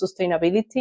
sustainability